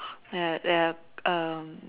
their their um